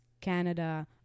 canada